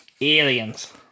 Aliens